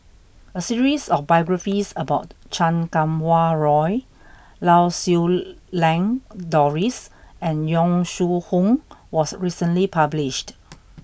a series of biographies about Chan Kum Wah Roy Lau Siew Lang Doris and Yong Shu Hoong was recently published